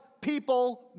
people